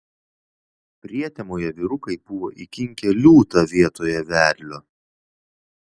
prietemoje vyrukai buvo įkinkę liūtą vietoje vedlio